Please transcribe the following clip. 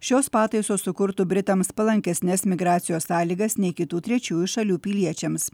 šios pataisos sukurtų britams palankesnes migracijos sąlygas nei kitų trečiųjų šalių piliečiams